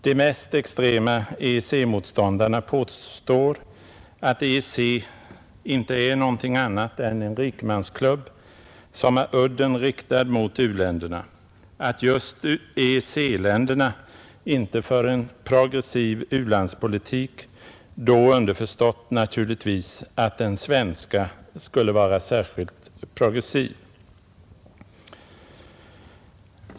De mest extrema EEC-motståndarna påstår, att EEC inte är någonting annat än en rikemansklubb, som har udden riktad mot u-länderna, att just EEC-länderna inte för en progressiv u-landspolitik, då underförstått naturligtvis att den svenska skulle vara särskilt progressiv.